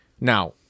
Now